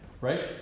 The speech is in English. Right